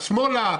שמאלה,